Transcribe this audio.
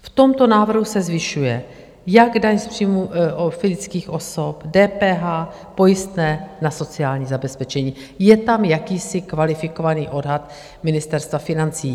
V tomto návrhu se zvyšuje jak daň z příjmů fyzických osob, DPH, pojistné na sociální zabezpečení, je tam jakýsi kvalifikovaný odhad Ministerstva financí.